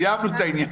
סיימנו את העניין.